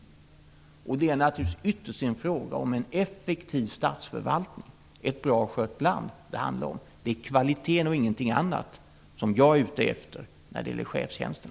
Det är naturligtvis ytterst en fråga om en effektiv statsförvaltning och ett bra skött land. Det är kvaliteten och ingenting annat som jag är ute efter när det gäller chefstjänster.